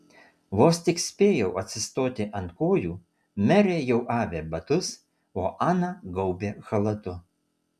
vos tik spėjau atsistoti ant kojų merė jau avė batus o ana gaubė chalatu